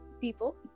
people